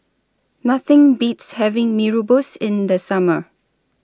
Nothing Beats having Mee Rebus in The Summer